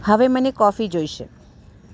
હવે મને કોફી જોઈશે